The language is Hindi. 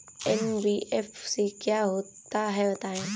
एन.बी.एफ.सी क्या होता है बताएँ?